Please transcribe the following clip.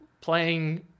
playing